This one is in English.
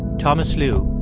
thomas lu,